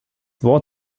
wort